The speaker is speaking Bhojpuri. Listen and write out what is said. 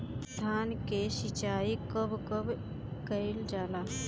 धान के सिचाई कब कब कएल जाला?